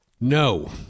No